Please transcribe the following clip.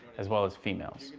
as well as females.